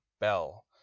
Bell